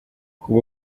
kuba